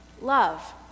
love